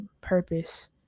purpose